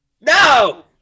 No